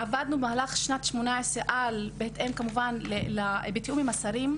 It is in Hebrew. עבדנו במהלך שנת 2018, כמובן בתיאום עם השרים.